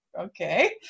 okay